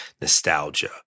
nostalgia